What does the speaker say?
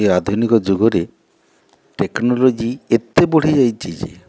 ଏ ଆଧୁନିକ ଯୁଗରେ ଟେକ୍ନୋଲୋଜି ଏତେ ବଢ଼ିଯାଇଛି ଯେ